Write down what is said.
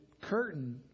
curtain